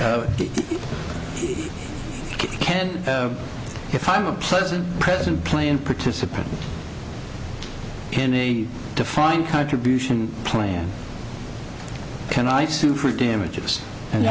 can if i'm a pleasant present playing participant in a defined contribution plan can i sue for damages and